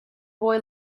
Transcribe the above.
boy